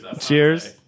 Cheers